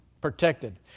protected